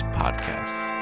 podcasts